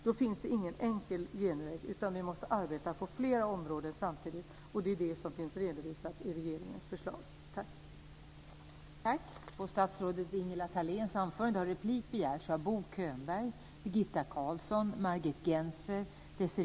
Då finns det ingen enkel genväg, utan vi måste arbeta på fler områden samtidigt, och det är det som finns redovisat i regeringens förslag.